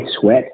sweat